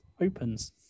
opens